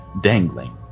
dangling